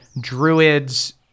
druids